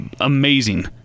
amazing